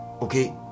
okay